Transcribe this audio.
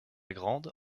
grande